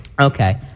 Okay